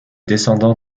descendants